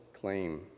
claim